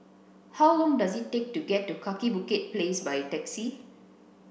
how long does it take to get to Kaki Bukit Place by taxi